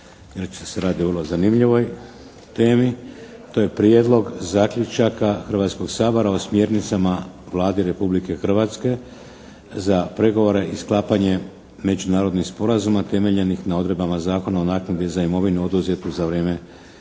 inače se radi o vrlo zanimljivoj temi, to je - Prijedlog zaključka Hrvatskoga sabora o smjernicama Vladi Republike Hrvatske za pregovore i sklapanje međunarodnih sporazuma temeljenih na odredbama Zakona o naknadi za imovinu oduzetu za vrijeme